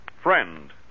friend